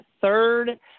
Third